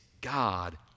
God